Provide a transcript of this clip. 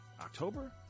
October